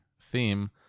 theme